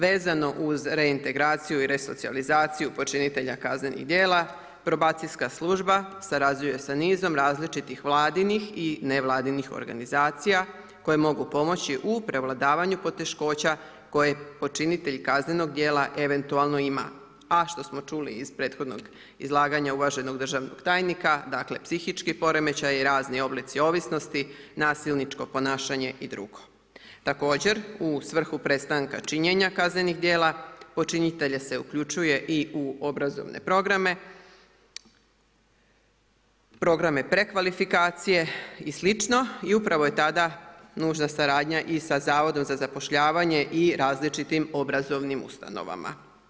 Vezano uz reintegraciju i resocijalizaciju počinitelja kaznenih djela, probacijska služba surađuje sa nizom različitih vladinih i nevladinih organizacija koje mogu pomoći u prevladavanju poteškoća koje počinitelj kaznenog djela eventualno ima a što smo čuli iz prethodnog izlaganja uvaženog državnog tajnika, dakle psihički poremećaj i razni oblici ovisnosti, nasilničko ponašanje i dr. Također, u svrhu prestanka činjena kaznenih djela, počinitelje se uključuje i u obrazovne programe, programe prekvalifikacije i slično i upravo je tada nužna suradnja i sa Zavodom za zapošljavanje i različitim obrazovnim ustanovama.